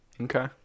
Okay